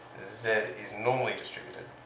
z is normally distributed,